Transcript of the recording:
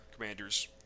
commander's